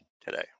today